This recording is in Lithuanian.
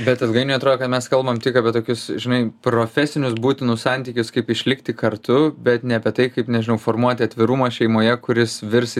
bet ilgainiui atrodo kad mes kalbam tik apie tokius žinai profesinius būtinus santykius kaip išlikti kartu bet ne apie tai kaip nežinau formuoti atvirumą šeimoje kuris virs į